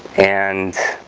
and